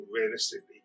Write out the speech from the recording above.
realistically